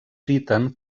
citen